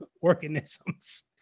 organisms